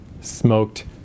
smoked